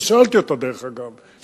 אני שאלתי אותה, דרך אגב.